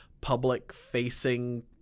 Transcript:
public-facing